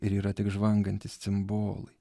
ir yra tik žvangantys cimbolai